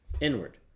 inward